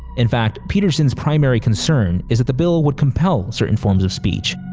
in fact, peterson's primary concern is that the bill would compel certain forms of speech.